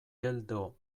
geldo